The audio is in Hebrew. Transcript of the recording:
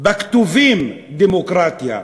בכתובים דמוקרטיה,